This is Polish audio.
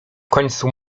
końcu